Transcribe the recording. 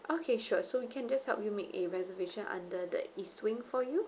okay sure so we can just help you make a reservation under the east swing for you